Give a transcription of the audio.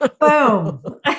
Boom